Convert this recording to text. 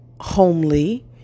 homely